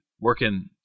Working